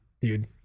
dude